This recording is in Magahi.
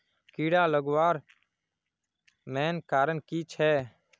कीड़ा लगवार मेन कारण की छे?